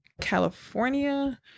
California